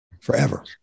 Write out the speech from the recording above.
forever